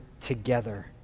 together